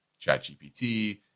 ChatGPT